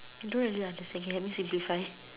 don't really understand can help me simplify